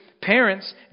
parents